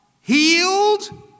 healed